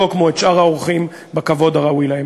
כמו את שאר האורחים בכבוד הראוי להם.